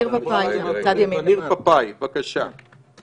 ניר פפאי, בבקשה.